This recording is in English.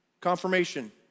confirmation